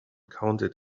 counted